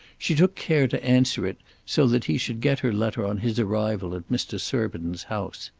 she took care to answer it so that he should get her letter on his arrival at mr. surbiton's house.